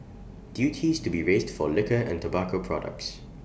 duties to be raised for liquor and tobacco products